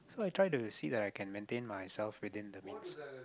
so I try to see that I can maintain myself within the week